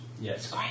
Yes